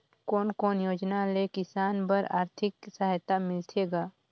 कोन कोन योजना ले किसान बर आरथिक सहायता मिलथे ग?